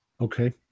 Okay